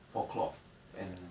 for clock and